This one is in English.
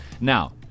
Now